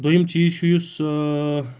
دوٚیِم چیٖز چھُ یُس